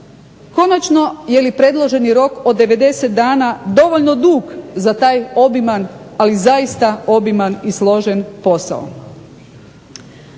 Konačno, je li predloženi rok od 90 dana dovoljno dug za taj obiman, ali zaista obiman i složen posao.